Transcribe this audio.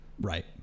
right